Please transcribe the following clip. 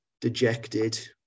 dejected